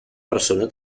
persona